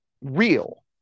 real